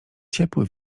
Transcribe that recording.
ciepły